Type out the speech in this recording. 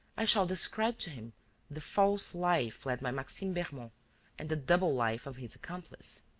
i shall describe to him the false life led by maxime bermond and the double life of his accomplice.